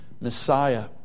Messiah